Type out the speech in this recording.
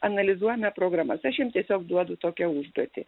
analizuojame programas aš jiem tiesiog duodu tokią užduotį